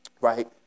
right